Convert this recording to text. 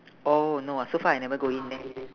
oh no so far I never go in leh